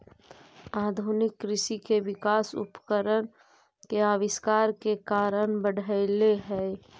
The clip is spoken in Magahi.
आधुनिक कृषि के विकास उपकरण के आविष्कार के कारण बढ़ले हई